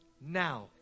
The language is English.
now